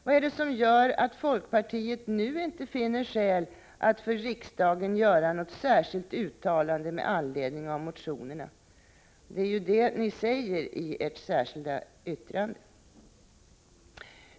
Vad är det som gör att folkpartiet nu inte finner skäl att för riksdagen göra något särskilt uttalande med anledning av motionerna? Det är ju det ni säger i ert särskilda yttrande.